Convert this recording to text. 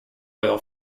oil